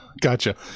Gotcha